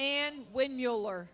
and when you'll or